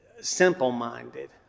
simple-minded